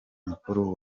mukuru